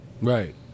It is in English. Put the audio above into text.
right